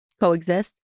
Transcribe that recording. coexist